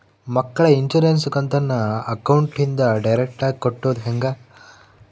ಮಕ್ಕಳ ಇನ್ಸುರೆನ್ಸ್ ಕಂತನ್ನ ಅಕೌಂಟಿಂದ ಡೈರೆಕ್ಟಾಗಿ ಕಟ್ಟೋದು ಹೆಂಗ?